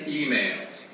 emails